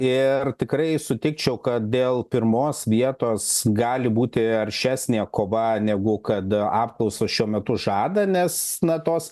ir tikrai sutikčiau kad dėl pirmos vietos gali būti aršesnė kova negu kad apklausos šiuo metu žada nes na tos